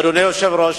אדוני היושב-ראש,